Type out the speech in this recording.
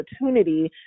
opportunity